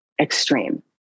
extreme